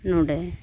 ᱱᱚᱰᱮ